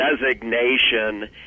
designation